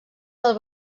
del